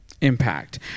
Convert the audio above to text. impact